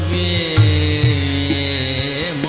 a